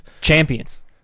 Champions